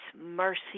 mercy